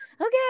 okay